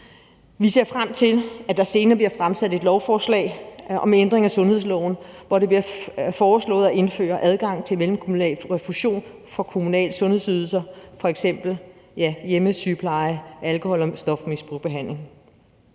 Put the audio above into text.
Vi ser frem til, at der senere bliver fremsat et lovforslag om ændring af sundhedsloven, hvor det bliver foreslået at indføre adgang til mellemkommunal refusion for kommunale sundhedsydelser, f.eks. til hjemmesygepleje og alkohol- og stofmisbrugsbehandling.